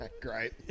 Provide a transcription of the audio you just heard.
Great